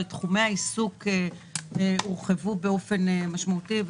אבל תחומי העיסוק הורחבו באופן משמעותי.